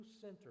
center